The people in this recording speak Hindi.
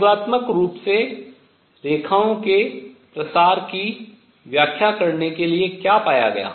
प्रयोगात्मक रूप से रेखाओं के प्रसार की व्याख्या करने के लिए क्या पाया गया